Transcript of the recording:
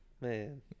Man